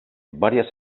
varias